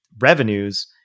revenues